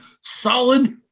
solid